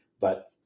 But-